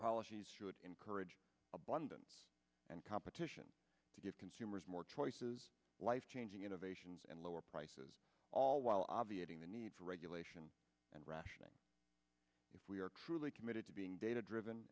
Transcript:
policies should encourage abundance and competition to give consumers more choices life changing innovations and lower prices all while obviating the need for regulation and rationing if we are truly committed to being data driven